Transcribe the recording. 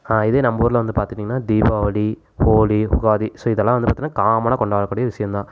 இதே நம்ப ஊரில் வந்து பார்த்துட்டிங்கன்னா தீபாவளி ஹோலி உகாதி ஸோ இதெல்லாம் வந்து பார்த்தின்னா காமனாக கொண்டாடக் கூடிய விஷயம் தான்